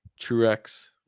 Truex